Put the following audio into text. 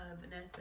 Vanessa